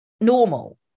normal